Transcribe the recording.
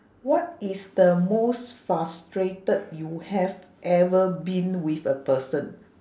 what is the most frustrated you have ever been with a person